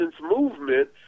movement